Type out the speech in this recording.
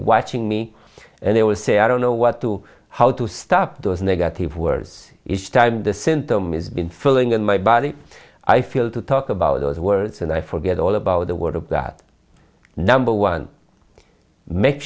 watching me and they will say i don't know what to how to stop those negative words each time the sent them is been filling in my body i feel to talk about those words and i forget all about the word of that number one make